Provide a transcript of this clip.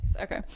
Okay